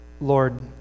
Lord